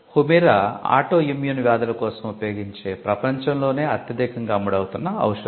Humira autoimmune వ్యాధుల కోసం ఉపయోగించే ప్రపంచంలోనే అత్యధికంగా అమ్ముడవుతున్న ఔషధం